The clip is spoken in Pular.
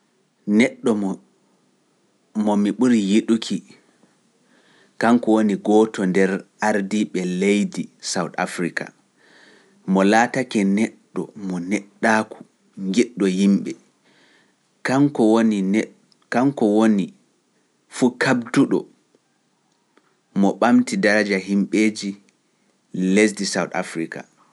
Neɗɗo mo mi ɓuri yiɗuki, kanko woni gooto nder ardiiɓe leydi Sawt Afrika, mo laatake neɗɗo mo neɗɗaaku ngidɗo yimɓe, kanko woni fuu kabduɗo mo ɓamti daraja yimɓeeji lesdi Sawt Afrika.